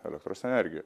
elektros energija